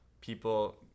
people